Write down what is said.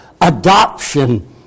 adoption